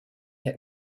had